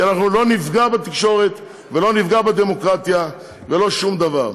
כי לא נפגע בתקשורת ולא נפגע בדמוקרטיה ולא שום דבר.